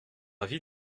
avis